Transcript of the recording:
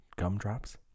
gumdrops